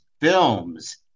films